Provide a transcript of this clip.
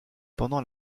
pendant